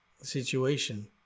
situation